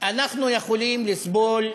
אנחנו יכולים לסבול,